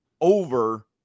over